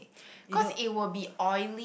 cause it will be oily